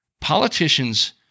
Politicians